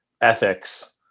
ethics